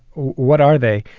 what are they?